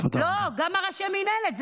גם ראשי מינהלת.